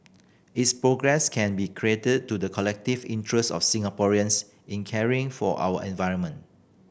its progress can be credited to the collective interest of Singaporeans in caring for our environment